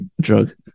drug